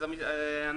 בשמחה.